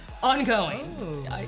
Ongoing